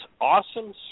awesome